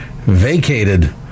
vacated